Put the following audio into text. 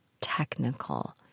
technical